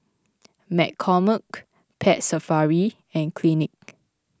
McCormick Pet Safari and Clinique